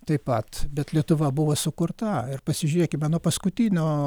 taip pat bet lietuva buvo sukurta ir pasižiūrėkime nuo paskutinio